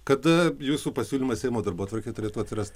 kada jūsų pasiūlymas seimo darbotvarkėje turėtų atsirasti